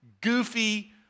goofy